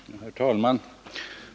Herr talman!